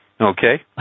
okay